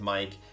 Mike